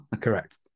Correct